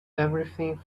everything